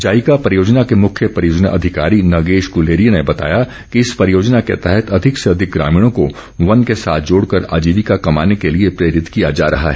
JICA परियोजना के मुख्य परियोजना अधिकारी नागेश गुलेरिया ने बताया कि इस परियोजना के तहत अधिक से अधिक ग्रामीणों को वन के साथ जोड़कर आजीविका कमाने के लिए प्रेरित किया जा रहा है